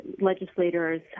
legislators